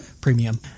premium